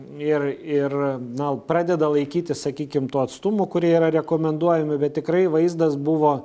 ir ir na pradeda laikytis sakykim tų atstumų kurie yra rekomenduojami bet tikrai vaizdas buvo